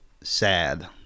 Sad